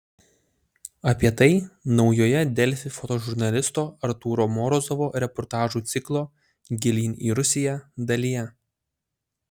apie tai naujoje delfi fotožurnalisto artūro morozovo reportažų ciklo gilyn į rusiją dalyje